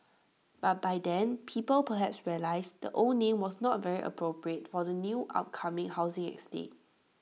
but by then people perhaps realised the old name was not very appropriate for the new upcoming housing estate